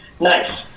Nice